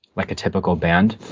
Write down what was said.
like a typical band.